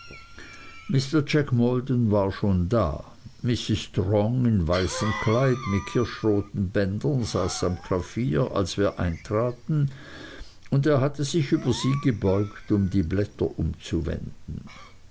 mr jack maldon war schon da mrs strong in weißem kleid mit kirschroten bändern saß am klavier als wir eintraten und er hatte sich über sie gebeugt um die blätter umzuwenden